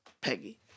Peggy